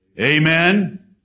Amen